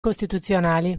costituzionali